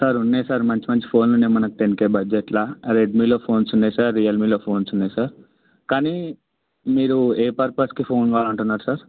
sir ఉన్నాయి sir మంచి మంచి ఫోన్లు ఉన్నాయి మనకి టెన్ కే బజ్జేట్లో రెడ్మీలో ఫోన్స్ ఉన్నాయి సార్ రియల్మిలో ఫోన్స్ ఉన్నాయి సార్ కానీ మీరు ఏ పర్పస్కి ఫోన్ కావాలి అంటున్నారు సార్